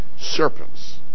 serpents